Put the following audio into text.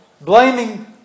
Blaming